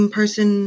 person